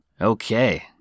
Okay